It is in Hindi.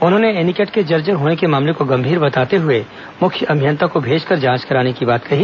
उन्होंने एनीकट के जर्जर होने के मामले को गंभीर बताते हुए मुख्य अभियंता को भेजकर जांच कराने की बात कही